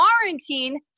quarantine